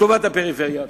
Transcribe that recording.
לטובת הפריפריה.